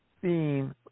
theme